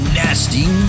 nasty